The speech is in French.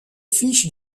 fiches